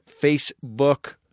Facebook